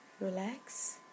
relax